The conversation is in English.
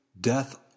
death